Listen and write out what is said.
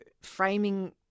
framing